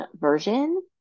version